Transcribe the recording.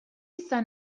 izan